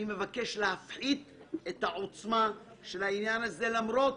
אני מבקש להפחית את העוצמה של העניין הזה, למרות